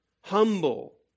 humble